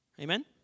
Amen